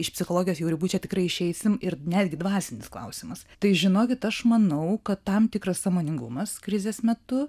iš psichologijos jau ribų čia tikrai išeisim ir netgi dvasinis klausimas tai žinokit aš manau kad tam tikras sąmoningumas krizės metu